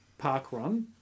parkrun